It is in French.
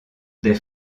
des